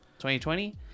2020